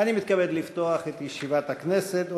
מתכבד לפתוח את ישיבת הכנסת.